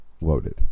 loaded